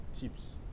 tips